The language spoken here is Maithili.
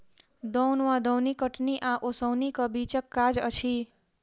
दौन वा दौनी कटनी आ ओसौनीक बीचक काज अछि